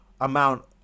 amount